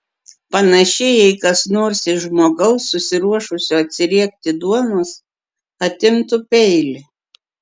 panašiai jei kas nors iš žmogaus susiruošusio atsiriekti duonos atimtų peilį